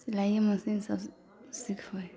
सिलाइए मशीन सब सीखबै